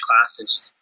classes